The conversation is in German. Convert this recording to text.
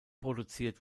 produziert